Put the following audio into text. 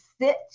sit